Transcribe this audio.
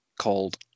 called